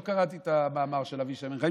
לא קראתי את המאמר של אבישי בן חיים,